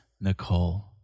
Nicole